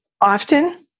often